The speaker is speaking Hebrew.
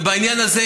ובעניין הזה,